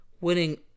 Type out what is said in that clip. winning